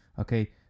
Okay